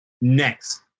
next